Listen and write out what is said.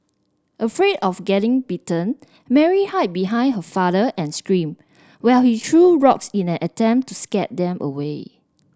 afraid of getting bitten Mary hide behind her father and screamed while he threw rocks in an attempt to scare them away